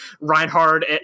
Reinhard